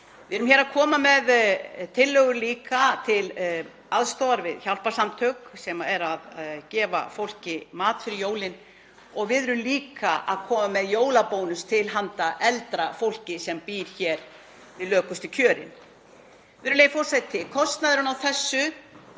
Við erum hér að koma með tillögu líka til aðstoðar við hjálparsamtök sem eru að gefa fólki mat fyrir jólin og við erum líka að koma með jólabónus til handa eldra fólki sem býr við lökustu kjörin. Virðulegi forseti. Kostnaðurinn við þessar